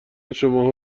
شماها